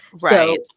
right